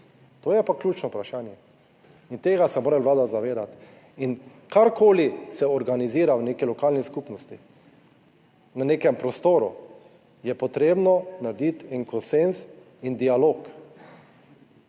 to je pa ključno vprašanje. In tega se mora Vlada zavedati in karkoli se organizira v neki lokalni skupnosti, na nekem prostoru je potrebno narediti en konsenz in dialog.